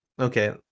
okay